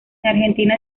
argentina